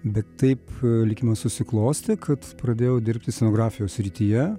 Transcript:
bet taip likimas susiklostė kad pradėjau dirbti scenografijos srityje